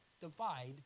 divide